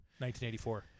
1984